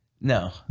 No